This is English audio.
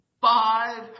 Five